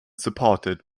supported